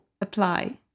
apply